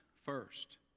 first